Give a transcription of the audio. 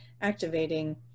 activating